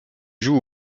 joue